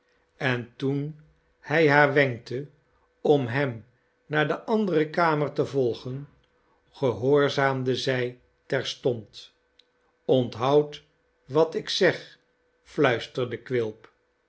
en toen hij haar wenkte om hem naar de andere kamer te volgen gehoorzaamde zij terstond onthoud wat ik zeg fluisterde quilp